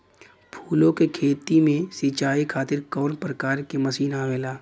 फूलो के खेती में सीचाई खातीर कवन प्रकार के मशीन आवेला?